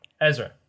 Ezra